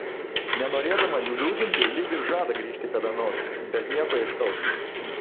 nenorėdama jų liūdinti lyg ir žada grįžt kada nors bet nieko aiškaus